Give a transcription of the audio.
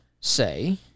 say